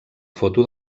foto